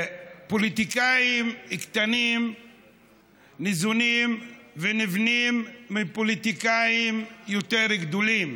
פוליטיקאים קטנים ניזונים ונבנים מפוליטיקאים יותר גדולים,